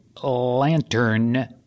lantern